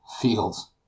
fields